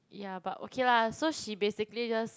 ya but okay lah so she basically just